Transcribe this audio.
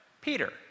Peter